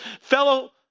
fellow